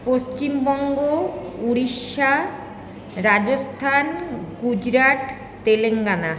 Paschimbanga Orissa Rajasthan Gujarat Telangana